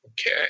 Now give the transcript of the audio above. Okay